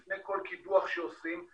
לפני כל קידוח שעושים,